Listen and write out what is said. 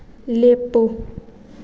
ꯂꯦꯞꯄꯨ